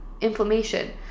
Inflammation